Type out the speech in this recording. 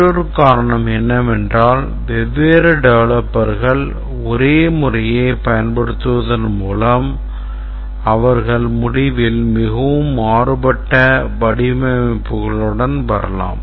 மற்றொரு காரணம் என்னவென்றால் வெவ்வேறு டெவலப்பர்கள் ஒரே முறையைப் பயன்படுத்துவதன் மூலம் அவர்கள் முடிவில் மிகவும் மாறுபட்ட வடிவமைப்புகளுடன் வரலாம்